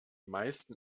meisten